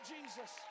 Jesus